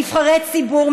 נבחרי ציבור,